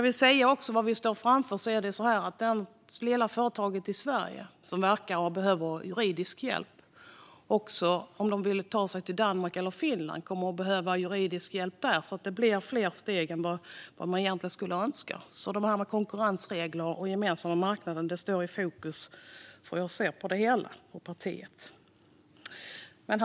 Dock kommer ett svenskt företag som vill verka i Danmark eller Finland att behöva juridisk hjälp även där, så det blir alltså fler steg än önskvärt. Därför står konkurrensregler och den gemensamma marknaden i fokus för Moderaterna. Herr talman!